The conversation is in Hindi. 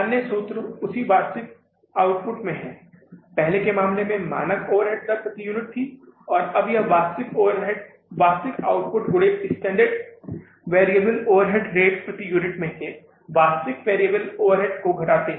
अन्य सूत्र उसी वास्तविक आउटपुट में है पहले मामले में मानक ओवरहेड दर प्रति यूनिट थी और अब यह वास्तविक आउटपुट गुणे स्टैण्डर्ड वेरिएबल ओवरहेड रेट प्रति यूनिट में से वास्तविक वेरिएबल ओवरहेड को घटाते है